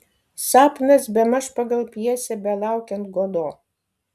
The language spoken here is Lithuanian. sapnas bemaž pagal pjesę belaukiant godo